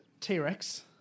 T-Rex